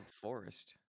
forest